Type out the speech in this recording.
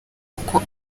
uko